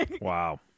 Wow